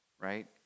Right